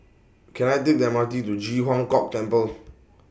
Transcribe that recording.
Can I Take The M R T to Ji Huang Kok Temple